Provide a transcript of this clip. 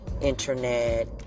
internet